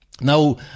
Now